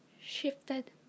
shifted